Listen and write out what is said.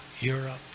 Europe